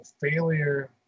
failure